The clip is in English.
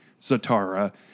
Zatara